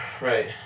right